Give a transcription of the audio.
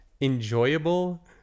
enjoyable